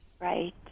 Right